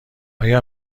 آیا